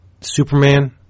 Superman